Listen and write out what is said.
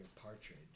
partridge